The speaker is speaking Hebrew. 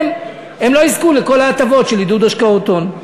הם לא יזכו לכל ההטבות של עידוד השקעות הון.